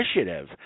initiative